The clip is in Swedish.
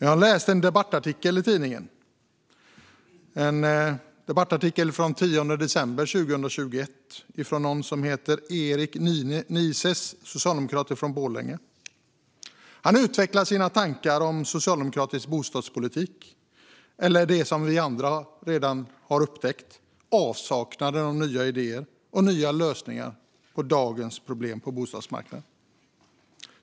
Jag läste en debattartikel i tidningen från den 10 december 2021 av Erik Nises, socialdemokrat från Borlänge. Han utvecklar sina tankar om socialdemokratisk bostadspolitik, eller det som vi andra redan har upptäckt, nämligen avsaknaden av nya idéer och nya lösningar på dagens problem på bostadsmarknaden.